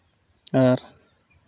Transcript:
ᱟᱨ